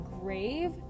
grave